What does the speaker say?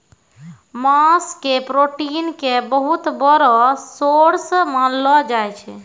मांस के प्रोटीन के बहुत बड़ो सोर्स मानलो जाय छै